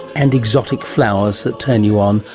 and exotic flowers that turn you on.